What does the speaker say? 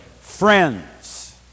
friends